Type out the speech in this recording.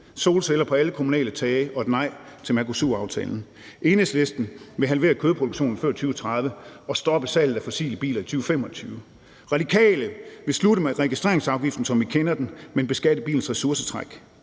Solceller på alle kommunale tage og et nej til Mercosuraftalen. Enhedslisten vil halvere kødproduktionen før 2030 og stoppe salg af fossilbiler i 2025. Radikale Venstre vil slutte med registreringsafgiften, som vi kender den, men beskatte bilens ressourcetræk.